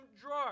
drawer